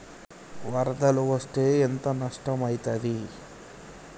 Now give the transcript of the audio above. వరదలు వస్తే ఎంత నష్టం ఐతది?